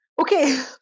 okay